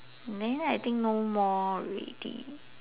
then I think no more already